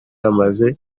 hamaze